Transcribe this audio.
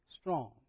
strong